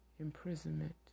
imprisonment